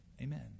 amen